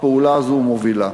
הפעולה הזאת מובילה.